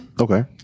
Okay